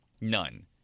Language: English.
None